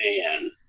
man